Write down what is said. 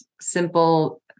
simple